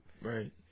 Right